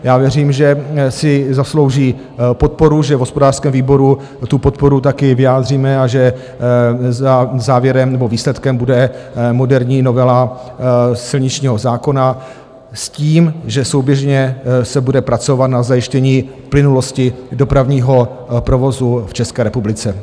Věřím, že si zaslouží podporu, že v hospodářském výboru tu podporu taky vyjádříme a že výsledkem bude moderní novela silničního zákona s tím, že souběžně se bude pracovat na zajištění plynulosti dopravního provozu v České republice.